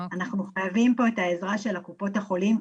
אנחנו חייבים פה את עזרתן של קופות החולים,